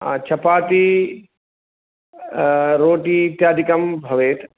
चपाति रोटि इत्यादिकं भवेत्